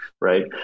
Right